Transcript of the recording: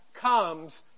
comes